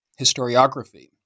historiography